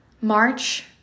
march